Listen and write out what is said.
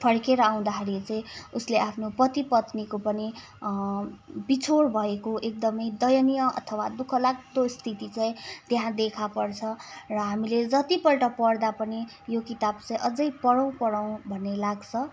फर्किएर आउँदाखेरि चाहिँ उसले आफ्नो पति पत्नीको पनि बिछोड भएको एकदमै दयनिय अथवा दुःखलाग्दो स्थिति चाहिँ त्यहाँ देखा पर्छ र हामीले जतिपल्ट पढ्दा पनि यो किताब चाहिँ अझै पढौँ पढौँ भन्ने लाग्छ